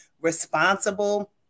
responsible